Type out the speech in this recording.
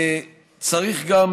צריך גם